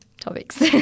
topics